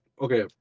okay